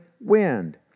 wind